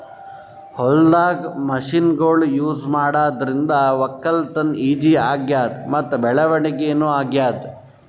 ಹೊಲ್ದಾಗ್ ಮಷಿನ್ಗೊಳ್ ಯೂಸ್ ಮಾಡಾದ್ರಿಂದ ವಕ್ಕಲತನ್ ಈಜಿ ಆಗ್ಯಾದ್ ಮತ್ತ್ ಬೆಳವಣಿಗ್ ನೂ ಆಗ್ಯಾದ್